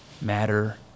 matter